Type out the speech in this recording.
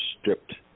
stripped